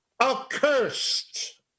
accursed